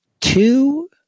two